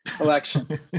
election